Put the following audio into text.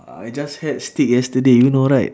I just had steak yesterday you know right